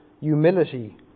humility